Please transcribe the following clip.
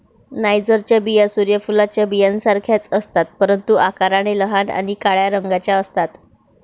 नायजरच्या बिया सूर्य फुलाच्या बियांसारख्याच असतात, परंतु आकाराने लहान आणि काळ्या रंगाच्या असतात